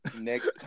Next